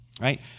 right